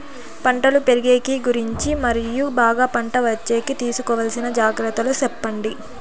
పంటలు పెరిగేకి గురించి మరియు బాగా పంట వచ్చేకి తీసుకోవాల్సిన జాగ్రత్త లు సెప్పండి?